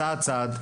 צעד צעד,